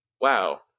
Wow